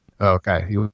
okay